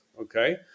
okay